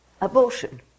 abortion